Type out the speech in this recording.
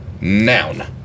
noun